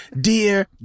Dear